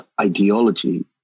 ideology